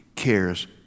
Cares